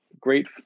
great